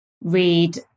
read